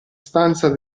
stanza